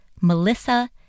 Melissa